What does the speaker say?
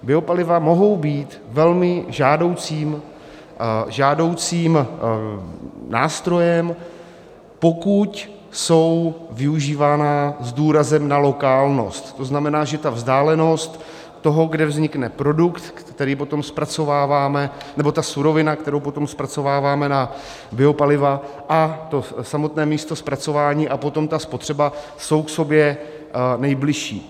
Biopaliva mohou být velmi žádoucím nástrojem, pokud jsou využívána s důrazem na lokálnost, to znamená, že vzdálenost toho, kde vznikne produkt, který potom zpracováváme, nebo surovina, kterou potom zpracováváme na biopaliva, a samotné místo zpracování a potom spotřeba jsou k sobě nejbližší.